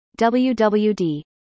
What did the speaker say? WWD